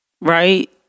right